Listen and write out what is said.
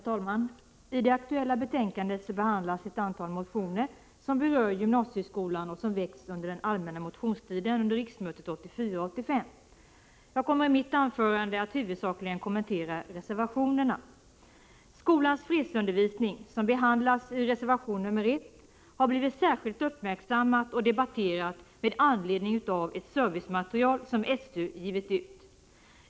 Herr talman! I det aktuella betänkandet behandlas ett antal motioner som berör gymnasieskolan och som väckts under den allmänna motionstiden under riksmötet 1984/85. Jag kommer i mitt anförande att huvudsakligen kommentera reservationerna. Skolans fredsundervisning, som behandlas i reservation nr 1, har blivit särskilt uppmärksammad och debatterad, med anledning av ett servicematerial som SÖ givit ut.